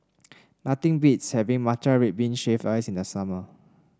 nothing beats having Matcha Red Bean Shaved Ice in the summer